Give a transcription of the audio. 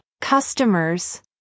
customers